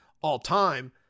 all-time